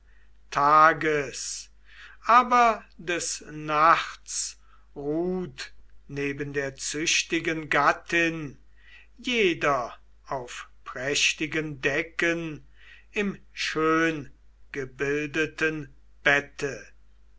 tages aber des nachts ruht neben der züchtigen gattin jeder auf prächtigen decken im schöngebildeten bette